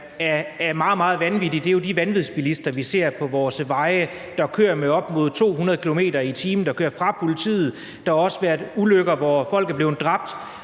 er meget, meget vanvittigt, er de vanvidsbilister, vi ser på vores veje, der kører med op mod 200 km/t. og kører fra politiet. Der har også været ulykker, hvor folk er blevet dræbt.